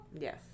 Yes